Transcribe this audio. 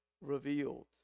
revealed